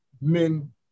men